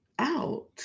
out